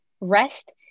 rest